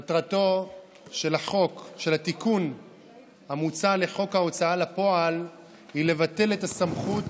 מטרתו של התיקון המוצע לחוק ההוצאה לפועל היא לבטל את הסמכות